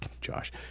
Josh